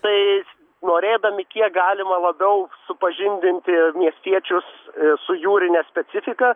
tais norėdami kiek galima labiau supažindinti miestiečius su jūrine specifika